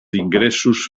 ingressos